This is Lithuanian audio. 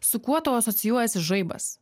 su kuo tau asocijuojasi žaibas